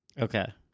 Okay